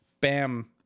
Bam